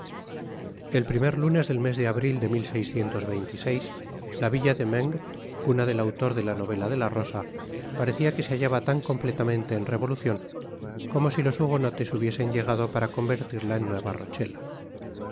el primer lunes del mes de abril de la villa de meung cuna del autor de la novela de la rosa parecia que se hallaba tan completamente en revolucion como si los hugonotes hubiesen llegado para convertirla en nueva rochela